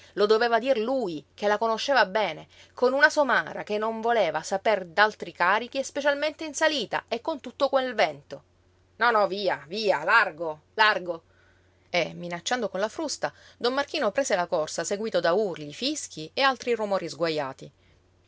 lo doveva dir lui che la conosceva bene con una somara che non voleva saper d'altri carichi e specialmente in salita e con tutto quel vento no no via via largo largo e minacciando con la frusta don marchino prese la corsa seguíto da urli fischi e altri rumori sguajati